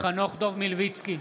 חנוך דב מלביצקי,